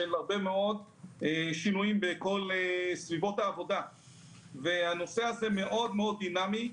הרבה מאוד שינויים בכל סביבות העבודה והנושא הזה מאוד דינמי.